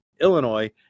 Illinois